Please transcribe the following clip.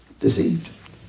Deceived